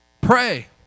pray